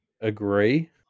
agree